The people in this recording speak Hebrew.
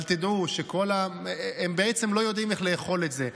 אבל תדעו, הם בעצם לא יודעים איך לאכול את זה.